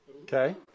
Okay